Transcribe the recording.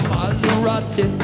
Maserati